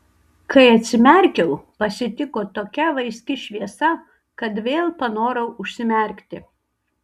kai atsimerkiau pasitiko tokia vaiski šviesa kad vėl panorau užsimerkti